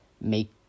make